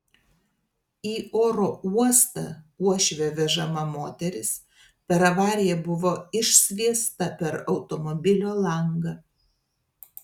į oro uostą uošvio vežama moteris per avariją buvo išsviesta per automobilio langą